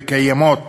וקיימות